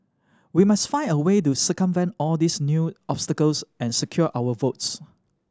we must find a way to circumvent all these new obstacles and secure our votes